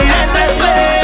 endlessly